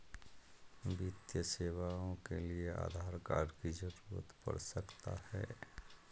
वित्तीय सेवाओं के लिए आधार कार्ड की जरूरत पड़ सकता है?